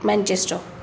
Manchester